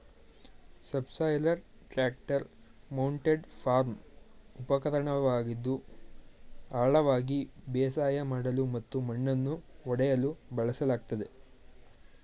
subsoiler tractor mounted farm ಉಪಕರಣವಾಗಿದ್ದು ಆಳವಾಗಿ ಬೇಸಾಯ ಮಾಡಲು ಮತ್ತು ಮಣ್ಣನ್ನು ಒಡೆಯಲು ಬಳಸಲಾಗ್ತದೆ